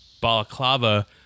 balaclava